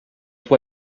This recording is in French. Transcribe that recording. toi